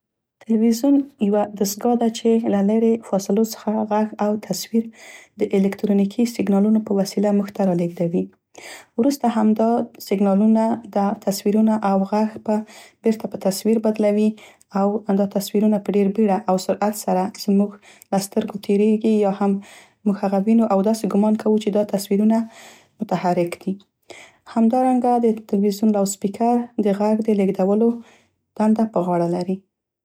تلویزیون یوه دستګاه ده چې له لیرې فاصلو څخه غږ او تصویر د الکترونیکي سیګنالونو په وسیله موږ ته رالیږدوي، وروسته همدا سیګنالونه ده تصویرونه او غږ په بیرته په تصویر بدلوي او دا تصویرونه په ډیر بیړه او سرعت سره زموږ له سترګو تیریږي او یا هم موږ هغه وینو او داسې ګمان کوو چې دا تصویرونه متحرک دي. همدارنګه د تلویزیون لاودسپیکر د غږ د لیږدولو دنده په غاړه لري.